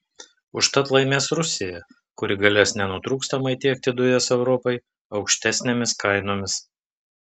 užtat laimės rusija kuri galės nenutrūkstamai tiekti dujas europai aukštesnėmis kainomis